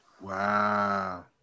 Wow